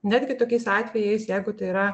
netgi tokiais atvejais jeigu tai yra